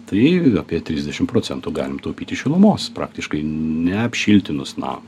tai apie trisdešim procentų galim taupyti šilumos praktiškai neapšiltinus namo